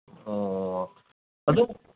ꯑꯣ ꯑꯗꯨ